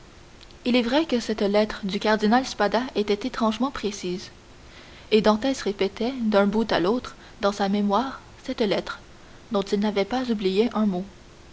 il est vrai que cette lettre du cardinal spada était étrangement précise et dantès répétait d'un bout à l'autre dans sa mémoire cette lettre dont il n'avait pas oublié un mot